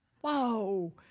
whoa